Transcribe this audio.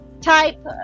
type